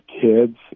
kids